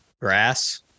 grass